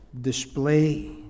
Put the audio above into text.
display